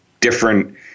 different